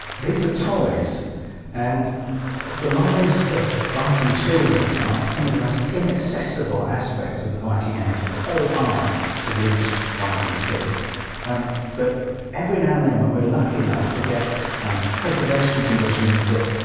these are toys and the lives of viking children are some of the most inaccessible aspects of the viking age. it's so hard to reach viking kids um but every now and then when we're lucky enough to get um preservation conditions that